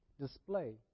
display